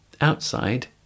Outside